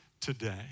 today